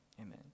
amen